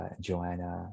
Joanna